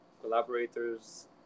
collaborators